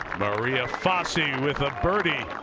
maria fassi with a birdie.